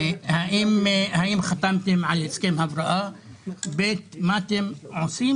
האם חתמתם על הסכם הבראה ומה אתם עושים